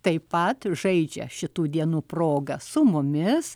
taip pat žaidžia šitų dienų proga su mumis